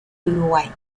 uruguay